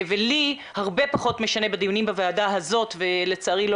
ולי הרבה פחות משנה בדיונים בוועדה הזאת ולצערי לא